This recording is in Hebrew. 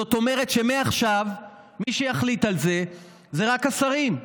זאת אומרת שמעכשיו מי שיחליט על זה זה רק השרים.